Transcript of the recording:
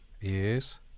Yes